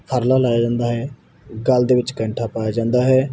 ਤੁਰਲਾ ਲਾਇਆ ਜਾਂਦਾ ਹੈ ਗਲ ਦੇ ਵਿੱਚ ਕੈਂਠਾ ਪਾਇਆ ਜਾਂਦਾ ਹੈ